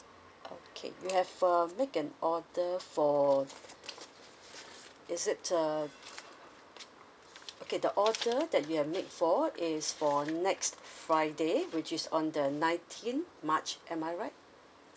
okay you have uh make an order for is it uh okay the order that you have make for is for next friday which is on the nineteenth march am I right